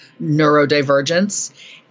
neurodivergence